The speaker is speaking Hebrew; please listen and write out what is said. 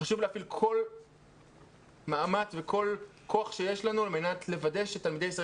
חשוב להפעיל כל מאמץ וכל כוח שיש לנו על-מנת לוודא שתלמידי ישראל